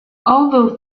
although